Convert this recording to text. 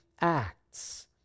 acts